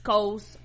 Coast